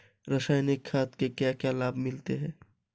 रसायनिक खाद के क्या क्या लाभ मिलते हैं?